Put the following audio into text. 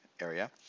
area